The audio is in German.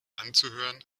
anzuhören